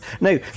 No